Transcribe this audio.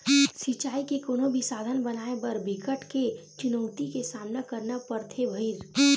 सिचई के कोनो भी साधन बनाए बर बिकट के चुनउती के सामना करना परथे भइर